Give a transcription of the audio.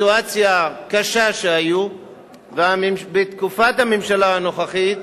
שהיו בסיטואציה קשה ובתקופת הממשלה הנוכחית